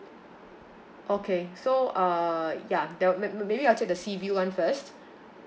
okay so uh ya there'll may~ may~ maybe I'll take the sea view one first